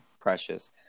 precious